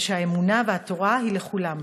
והאמונה והתורה היא לכולם,